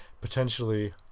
potentially